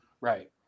right